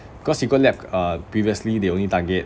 cause secret lab uh previously they only target